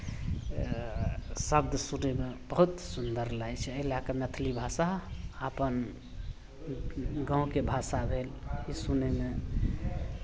शब्द सुनयमे बहुत सुन्दर लागै छै एहि लए कऽ मैथिली भाषा अपन गाँवके भाषा भेल जे सुनयमे